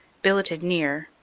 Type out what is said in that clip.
billeted near,